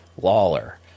lawler